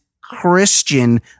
Christian